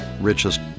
richest